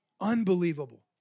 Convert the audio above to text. Unbelievable